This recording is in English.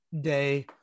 day